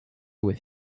with